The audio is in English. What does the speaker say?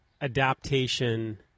adaptation